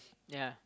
ya